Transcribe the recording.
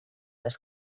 les